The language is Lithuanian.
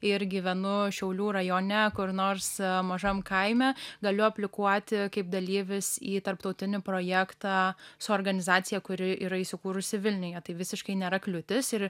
ir gyvenu šiaulių rajone kur nors mažam kaime galiu aplikuoti kaip dalyvis į tarptautinį projektą su organizacija kuri yra įsikūrusi vilniuje tai visiškai nėra kliūtis ir